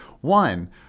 One